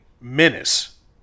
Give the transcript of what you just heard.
menace